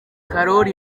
karori